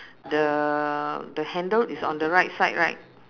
the the handle is on the right side right